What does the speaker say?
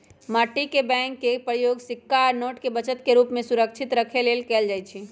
माटी के बैंक के प्रयोग सिक्का आ नोट के बचत के रूप में सुरक्षित रखे लेल कएल जाइ छइ